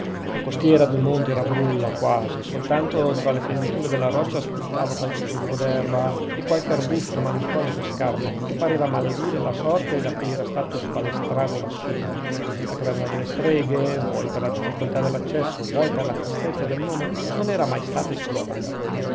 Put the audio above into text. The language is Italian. la costiera del monte era brulla o quasi soltanto tra le fenditure della roccia spuntava qualche ciuffo d'erba e qualche arbusto malinconico e scarno che pareva maledire la sorte da cui era stato sbalestrato lassù la caverna delle streghe vuoi per la difficoltà dell'accesso vuoi per la tristezza del nome non era mai stata esplorata